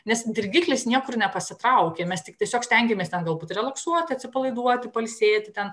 nes dirgiklis niekur nepasitraukė mes tik tiesiog stengiamės ten galbūt relaksuoti atsipalaiduoti pailsėti ten